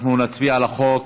אנחנו נצביע על החוק